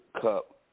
Cup